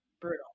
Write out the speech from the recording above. brutal